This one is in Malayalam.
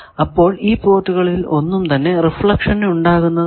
അപ്പോൾ ഈ പോർട്ടുകളിൽ ഒന്നും തന്നെ റിഫ്ലക്ഷൻ ഉണ്ടാകുന്നതല്ല